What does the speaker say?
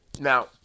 Now